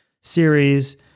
series